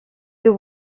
you